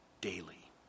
daily